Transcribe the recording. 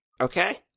Okay